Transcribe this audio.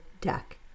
deck